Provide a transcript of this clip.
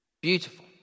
beautiful